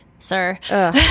Sir